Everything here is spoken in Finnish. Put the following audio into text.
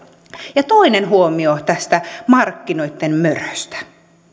toinen huomio tästä markkinoitten möröstä